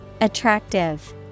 Attractive